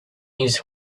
his